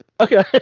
Okay